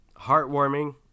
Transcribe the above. heartwarming